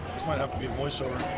this might have to be a voiceover